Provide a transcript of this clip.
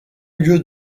lieu